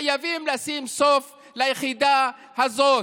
חייבים לשים סוף ליחידה הזאת.